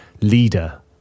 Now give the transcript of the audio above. leader